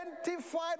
identified